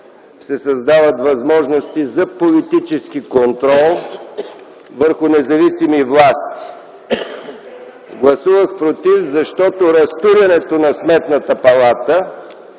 се създават възможности за политически контрол върху независими власти. Гласувах против, защото разтурянето на Сметната палата